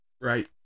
Right